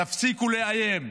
תפסיקו לאיים,